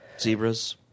Zebras